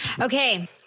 Okay